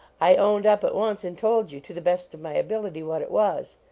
i owned up at once and told you, to the best of my ability, what it was.